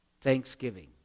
Thanksgiving